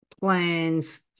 Plans